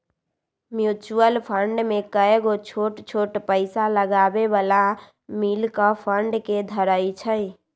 mutual fund में कयगो छोट छोट पइसा लगाबे बला मिल कऽ फंड के धरइ छइ